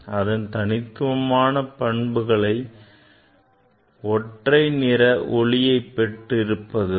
அதன் தனித்துவமான பண்பு ஒற்றைநிற ஒளியைப் பெற்று இருப்பது தான்